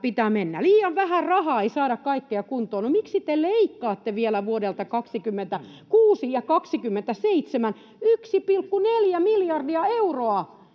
Liian vähän rahaa, ei saada kaikkea kuntoon. No miksi te leikkaatte vielä vuodelta 26 ja 27 1,4 miljardia euroa?